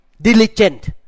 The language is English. diligent